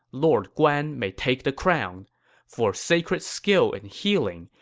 lord guan may take the crown for sacred skill in healing,